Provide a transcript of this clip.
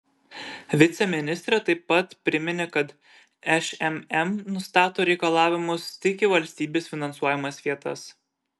viceministrė taip pat priminė kad šmm nustato reikalavimus tik į valstybės finansuojamas vietas